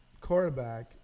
quarterback